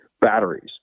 batteries